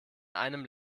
einem